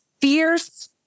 fierce